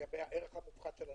לגבי הערך המופחת של הנכסים.